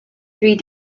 three